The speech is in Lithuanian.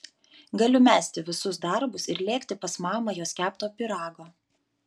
galiu mesti visus darbus ir lėkti pas mamą jos kepto pyrago